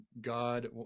God